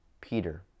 Peter